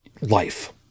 life